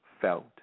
felt